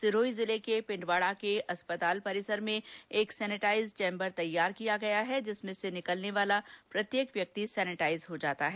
सिरोही जिले के पिण्डवाडा के अस्पताल परिसर में एक सेनेटाइजर चेम्बर तैयार किया गया जिसमें से निकलने वाला प्रत्येक व्यक्ति सेनेटाइज हो जाता है